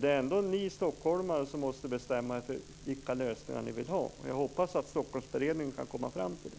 Det är ju ändå ni stockholmare som måste bestämma er för vilka lösningar som ni vill ha. Och jag hoppas att Stockholmsberedningen kan komma fram till